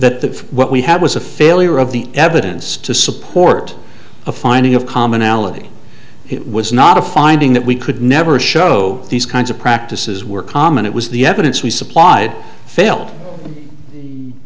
that what we had was a failure of the evidence to support a finding of commonality it was not a finding that we could never show these kinds of practices were common it was the evidence we supplied failed the